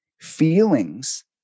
feelings